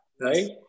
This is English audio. right